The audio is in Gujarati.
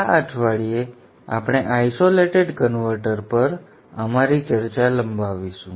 આ અઠવાડિયે આપણે આઇસોલેટેડ કન્વર્ટર પર અમારી ચર્ચા લંબાવીશું